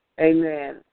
Amen